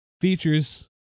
Features